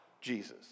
Jesus